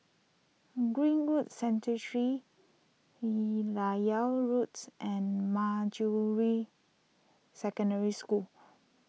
Greenwood Sanctuary Roads and Manjusri Secondary School